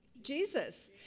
Jesus